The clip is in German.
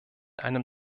einem